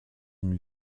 une